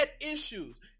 issues